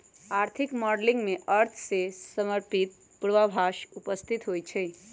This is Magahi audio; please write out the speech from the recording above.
आर्थिक मॉडलिंग में अर्थ से संपर्कित पूर्वाभास उपस्थित होइ छइ